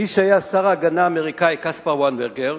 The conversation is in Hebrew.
מי שהיה שר ההגנה האמריקני, קספר ויינברגר,